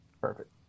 Perfect